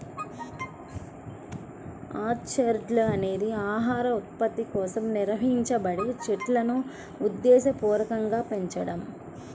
orchard అనేది ఆహార ఉత్పత్తి కోసం నిర్వహించబడే చెట్లును ఉద్దేశపూర్వకంగా పెంచడం